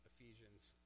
Ephesians